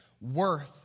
worth